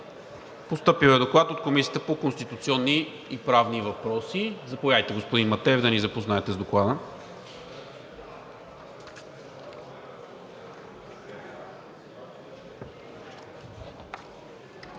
Постъпил е Доклад от Комисията по конституционни и правни въпроси. Заповядайте, господин Матеев, да ни запознаете с Доклада.